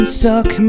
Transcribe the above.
suck